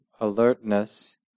alertness